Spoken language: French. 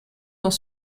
dans